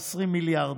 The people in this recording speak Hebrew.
20 מיליארד,